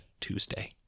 Tuesday